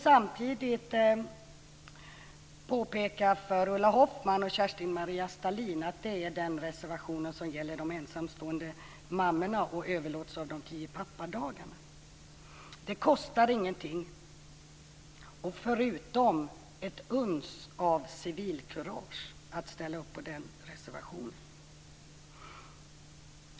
Samtidigt påpekar jag för Ulla Hoffmann och Kerstin-Maria Stalin att det är den reservation som gäller de ensamstående mammorna och överlåtelse av de tio pappadagarna. Det kostar ingenting förutom ett uns civilkurage att ställa upp på den reservationen.